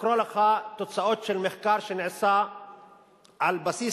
להקריא לך תוצאות של מחקר שנעשה על בסיס